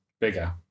Bigger